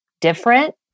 different